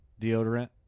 deodorant